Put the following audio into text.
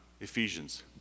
Ephesians